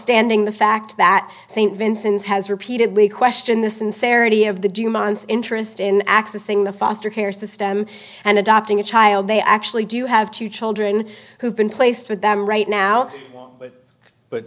notwithstanding the fact that st vincent's has repeatedly question the sincerity of the demands interest in accessing the foster care system and adopting a child they actually do have two children who've been placed with them right now but